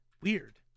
weird